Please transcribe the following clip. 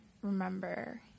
remember